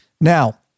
now